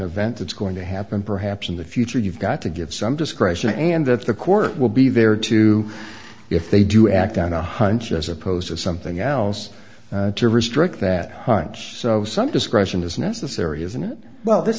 event that's going to happen perhaps in the future you've got to give some discretion and that the court will be there too if they do act on a hunch as opposed to something else to restrict that hunch so some discretion is necessary isn't it well this